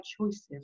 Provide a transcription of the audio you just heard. choices